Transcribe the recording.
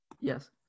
Yes